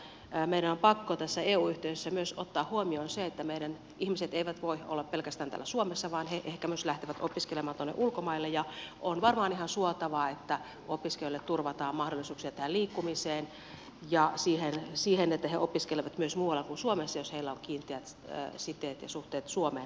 mutta meidän on pakko tässä eu yhteisössä myös ottaa huomioon se että meidän ihmiset eivät voi olla pelkästään täällä suomessa vaan ehkä he myös lähtevät opiskelemaan tuonne ulkomaille ja on varmaan ihan suotavaa että opiskelijoille turvataan mahdollisuuksia tähän liikkumiseen ja siihen että he opiskelevat myös muualla kuin suomessa jos heillä on kiinteät siteet ja suhteet suomeen edelleenkin